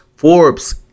Forbes